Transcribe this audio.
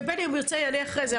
ובני אם הוא ירצה הוא יענה אחרי זה,